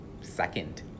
second